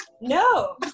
No